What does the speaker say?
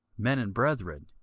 men and brethren,